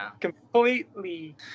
completely